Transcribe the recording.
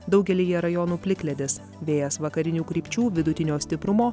daugelyje rajonų plikledis vėjas vakarinių krypčių vidutinio stiprumo